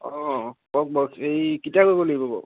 অঁ কওক বাৰু এই কেতিয়া কৰিব লাগিব বাৰু